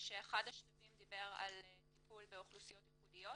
ואחד השלבים דיבר על טיפול באוכלוסיות ייחודיות,